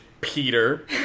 Peter